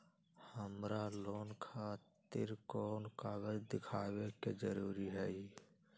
हमरा लोन खतिर कोन कागज दिखावे के जरूरी हई?